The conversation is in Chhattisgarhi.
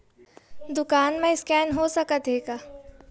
दुकान मा स्कैन हो सकत हे का?